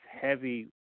heavy